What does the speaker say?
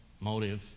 motive